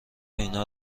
اینا